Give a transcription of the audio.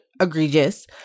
egregious